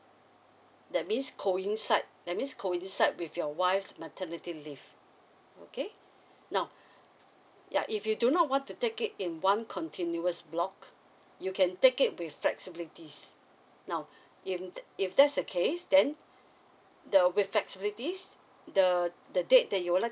that means coincide that miss coincide with your wife's maternity leave okay now yeah if you do not want to take it in one continuous block you can take it with flexibilities now if if that's the case then the with flexibilities the the date that you would like